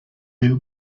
you